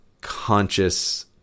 conscious